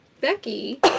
Becky